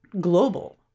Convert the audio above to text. global